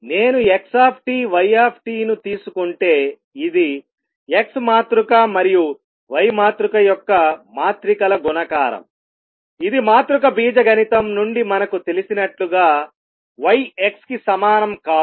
నేను x y ను తీసుకుంటే ఇది X మాతృక మరియు Y మాతృక యొక్క మాత్రికల గుణకారం ఇది మాతృక బీజగణితం నుండి మనకు తెలిసినట్లుగా Y X కి సమానం కాదు